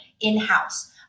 in-house